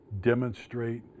demonstrate